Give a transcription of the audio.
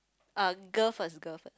uh girl first girl first